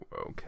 okay